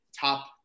top